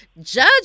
Judge